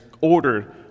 ordered